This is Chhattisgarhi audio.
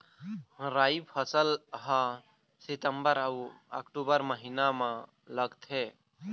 राई फसल हा सितंबर अऊ अक्टूबर महीना मा लगथे